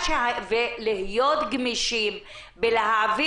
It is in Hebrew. צריך להיות גמישים עם התקצוב.